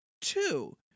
two